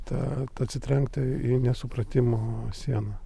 tą atsitrenkti į nesupratimo sieną